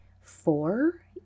four